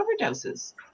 overdoses